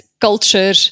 culture